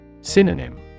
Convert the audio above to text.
Synonym